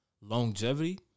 longevity